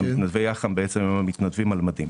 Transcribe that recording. שאלה על מדים.